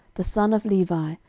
the son of levi,